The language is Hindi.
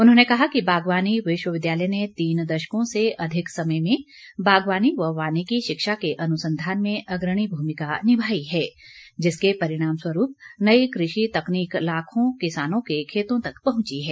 उन्होंने कहा कि बागवानी विश्वविद्यालय ने तीन दशकों से अधिक समय में बागवानी व वानिकी शिक्षा के अनुसंधान में अग्रणी भूमिका निभाई है जिसके परिणामस्वरूप नई कृषि तकनीक लाखों किसानों के खेतों तक पहुंची है